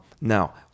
Now